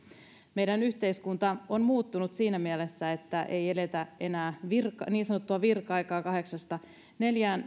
meidän yhteiskuntamme on muuttunut siinä mielessä että monissa töissä ei eletä niin sanottua virka aikaa kahdeksasta neljään